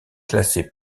classé